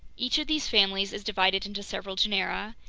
each of these families is divided into several genera,